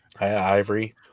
Ivory